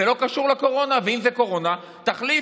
זה לא קשור לקורונה, ואם זה קורונה, תחליף.